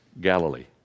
Galilee